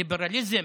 ליברליזם,